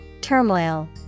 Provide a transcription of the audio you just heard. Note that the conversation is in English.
Turmoil